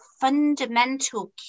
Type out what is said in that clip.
fundamental